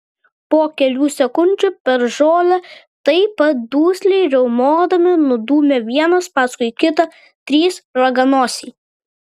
po kelių sekundžių per žolę taip pat dusliai riaumodami nudūmė vienas paskui kitą trys raganosiai